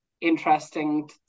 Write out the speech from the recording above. interesting